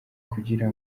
kugira